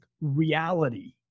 reality